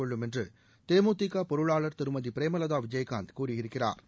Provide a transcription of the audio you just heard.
கொள்ளும் என்று தேமுதிக பொருளாளா் திருமதி பிரேமலதா விஜயகாந்த் கூறியிருக்கிறாா்